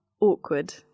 awkward